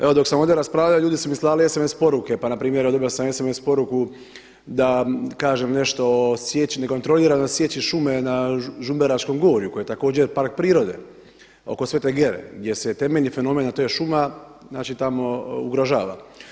Evo dok sam ovdje raspravljao ljudi mi slali SMS poruke pa npr. dobio sam SMS poruku da kažem nešto o nekontroliranoj sječi šume na Žumberačkom gorju koje je također park prirode oko Svete Gere gdje se temeljeni fenomen, a to je šuma tamo ugrožava.